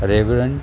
रेवरन